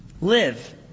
live